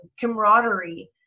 camaraderie